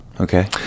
Okay